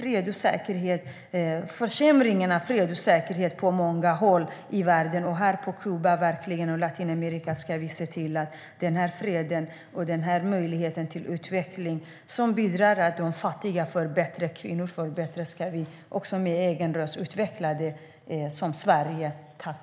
Det har skett en försämring av fred och säkerhet på många håll i världen. På Kuba och i Latinamerika ska vi se till freden och möjligheten till utveckling. Det bidrar till att kvinnor och fattiga får det bättre. Sverige ska utveckla det med en egen röst.